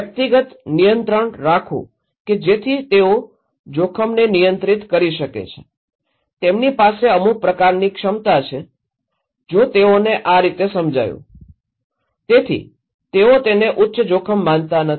વ્યક્તિગત નિયંત્રણ રાખવું કે જેથી તેઓ જોખમને નિયંત્રિત કરી શકે છે તેમની પાસે અમુક પ્રકારની ક્ષમતા છે તો તેઓને આ રીતે સમજાયું તેથી તેઓ તેને ઉચ્ચ જોખમ માનતા નથી